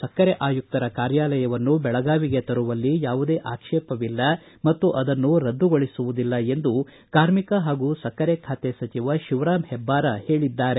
ಸಕ್ಕರೆ ಆಯುಕ್ತರ ಕಾರ್ಯಾಲಯವನ್ನು ಬೆಳಗಾವಿಗೆ ತರುವಲ್ಲಿ ಯಾವುದೇ ಆಕ್ಷೇಪವಿಲ್ಲ ಮತ್ತು ಅದನ್ನು ರುದ್ದುಗೊಳಿಸುವುದಿಲ್ಲ ಎಂದು ಕಾರ್ಮಿಕ ಹಾಗೂ ಸಕ್ಕರೆ ಖಾತೆ ಸಚಿವ ಶಿವರಾಮ ಹೆಬ್ಬಾರ ಹೇಳಿದ್ದಾರೆ